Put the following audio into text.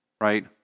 right